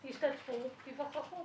תשתתפו, תיווכחו.